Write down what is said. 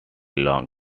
long